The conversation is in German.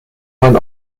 man